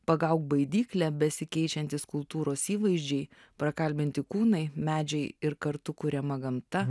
pagauk baidyklę besikeičiantys kultūros įvaizdžiai prakalbinti kūnai medžiai ir kartu kuriama gamta